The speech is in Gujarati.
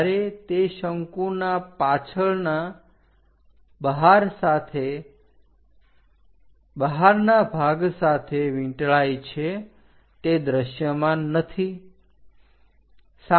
જ્યારે તે શંકુના પાછળના બહગ સાથે વીંટળાઇ છે તે દ્રશ્યમાન નથી